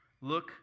Look